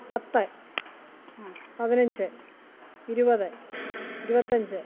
പത്ത് പതിനഞ്ച് ഇരുപത് ഇരുപത്തിയഞ്ച്